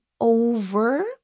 over